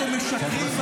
אתם משקרים,